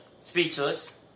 speechless